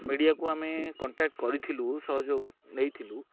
ମିଡ଼ିଆକୁ ଆମେ କଣ୍ଟାକ୍ଟ କରିଥିଲୁ ସହଯୋଗ ନେଇଥିଲୁ